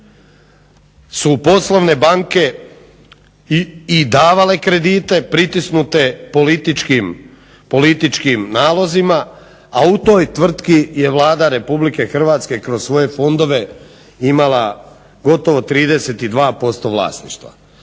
su poslovne banke i davale kredite pritisnute političkim nalozima, a toj tvrtki je Vlada RH kroz svoje fondove imala gotovo 32% vlasništva.